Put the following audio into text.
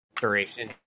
duration